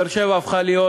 באר-שבע הפכה להיות